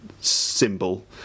symbol